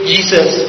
Jesus